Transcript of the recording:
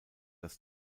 das